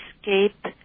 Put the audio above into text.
escape